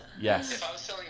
Yes